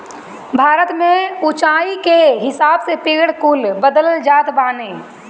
भारत में उच्चाई के हिसाब से पेड़ कुल बदलत जात बाने